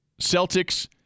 Celtics